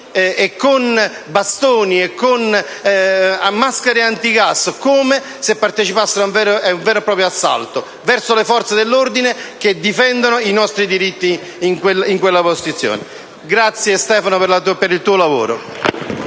armi, bastoni e maschere antigas, come se partecipassero ad un vero e proprio assalto, e alle forze dell'ordine che difendono i nostri diritti in quella zona. Grazie, Stefano, per il tuo lavoro.